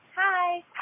Hi